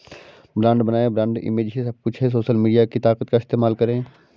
brand बनाएं, brand image ही सब कुछ है, सोशल मीडिया की ताकत का इस्तेमाल करें